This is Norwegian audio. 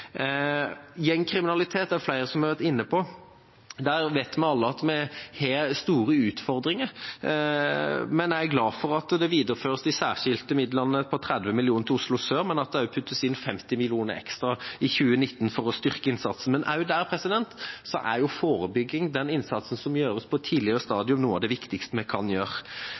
Gjengkriminalitet er det flere som har vært inne på. Der vet vi alle at vi har store utfordringer. Jeg er glad for at de særskilte midlene på 30 mill. kr til Oslo sør videreføres, og også for at det puttes inn 50 mill. kr ekstra i 2019 for å styrke innsatsen. Men også der er forebygging, den innsatsen som gjøres på tidligere stadium, noe av det viktigste vi kan gjøre.